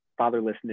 fatherlessness